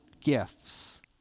gifts